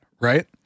Right